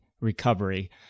recovery